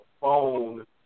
phone